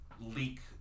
leak